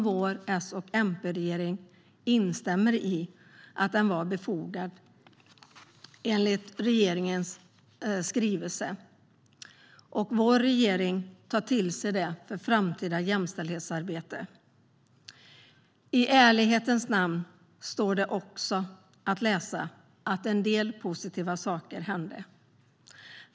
Vår S-MP-regering in-stämmer i att den var befogad, enligt regeringens skrivelse. Och vår regering tar till sig det för framtida jämställdhetsarbete. I ärlighetens namn står det också att en del positiva saker hände.